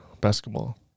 Basketball